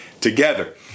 together